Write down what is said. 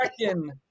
second